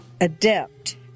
adept